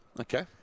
Okay